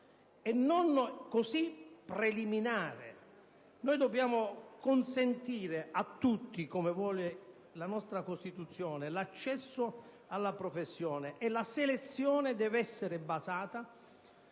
e così preliminare. Dobbiamo consentire a tutti, come vuole la nostra Costituzione, l'accesso alla professione, e la selezione deve essere basata